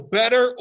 better